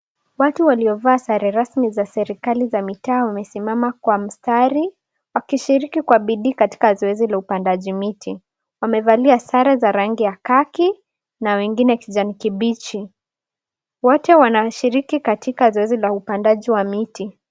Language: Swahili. Watu waliyovaa sare rasmi za serikali za mitaa waemsimama kwa mstari wakishiriki kwa bidii katika zoezi la upandaji miti wamevalia sare za rangi ya kaki na wengine kijani kibichi wote wanashiriki katika zoezi la upandaji wa miti.